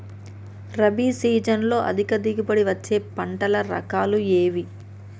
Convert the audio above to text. రబీ సీజన్లో అధిక దిగుబడి వచ్చే పంటల రకాలు ఏవి?